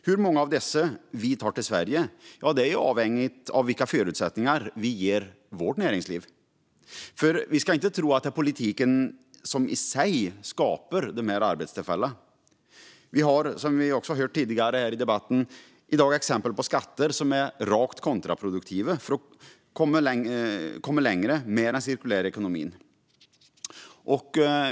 Hur många av dessa vi tar till Sverige är avhängigt vilka förutsättningar vi ger vårt näringsliv, för vi ska inte tro att det är politiken som i sig skapar dessa arbetstillfällen. Som vi har hört tidigare i debatten finns det i dag exempel på skatter som är rakt kontraproduktiva för att komma längre med den cirkulära ekonomin.